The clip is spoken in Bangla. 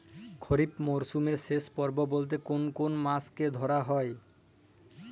খরিপ মরসুমের শেষ পর্ব বলতে কোন কোন মাস কে ধরা হয়?